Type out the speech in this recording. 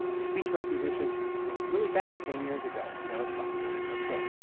the speech recognition was really bad ten years ago, and now it's gotten really quite good.